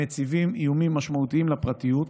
המציבים איומים משמעותיים לפרטיות,